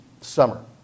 summer